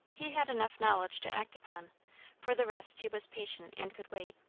he had enough knowledge to act upon for the rest he was patient, and could wait.